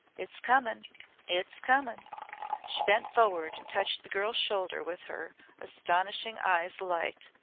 it's comin' it's comin' she bent forward and touched the girl's shoulder with her astonishing eyes alight.